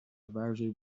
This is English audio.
advisory